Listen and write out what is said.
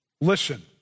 Listen